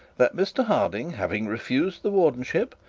that mr harding having refused the wardenship,